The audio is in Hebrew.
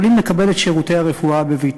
יכולים לקבל את שירותי הרפואה בביתם.